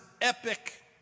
epic